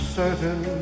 certain